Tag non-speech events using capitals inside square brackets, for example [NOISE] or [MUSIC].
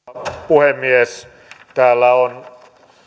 [UNINTELLIGIBLE] arvoisa rouva puhemies täällä on